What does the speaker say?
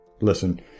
Listen